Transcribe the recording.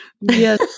Yes